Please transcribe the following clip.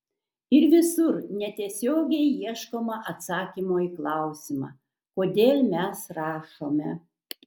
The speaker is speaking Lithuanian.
ir visur netiesiogiai ieškoma atsakymo į klausimą kodėl mes rašome